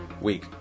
week